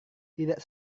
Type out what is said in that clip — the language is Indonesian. tidak